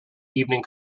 evening